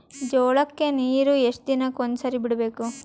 ಜೋಳ ಕ್ಕನೀರು ಎಷ್ಟ್ ದಿನಕ್ಕ ಒಂದ್ಸರಿ ಬಿಡಬೇಕು?